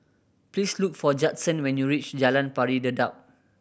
please look for Judson when you reach Jalan Pari Dedap